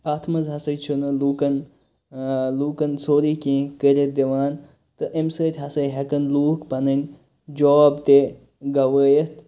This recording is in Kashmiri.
اتھ مَنٛز ہَسا چھُ نہٕ لُکَن لُکَن سورٕے کینٛہہ کٔرِتھ دِوان تہٕ امہِ سۭتۍ ہَسا ہیٚکَن لُکھ پَنٕنۍ جاب تہِ گَوٲیِتھ تہٕ